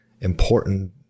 important